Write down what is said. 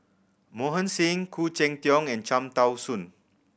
Mohan Singh Khoo Cheng Tiong and Cham Tao Soon